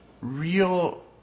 real